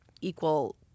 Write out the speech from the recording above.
equal